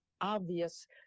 obvious